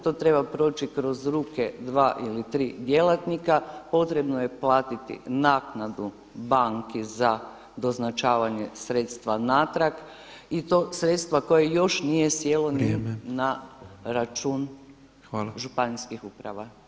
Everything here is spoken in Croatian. To treba proći kroz ruke dva ili tri djelatnika, potrebno je platiti naknadu banki za doznačavanje sredstva natrag i to sredstva koje još nije sjelo ni na račun županijskih uprava.